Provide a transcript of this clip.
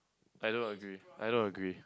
I don't agree I don't agree